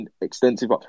extensive